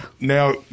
Now